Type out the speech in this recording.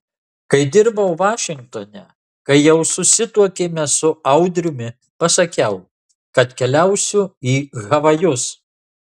kai dirbau vašingtone kai jau susituokėme su audriumi pasakiau kad keliausiu į havajus